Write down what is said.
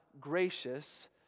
gracious